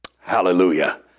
Hallelujah